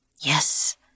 Yes